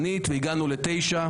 שהגענו אליו בהסכמה של כל הכנסת.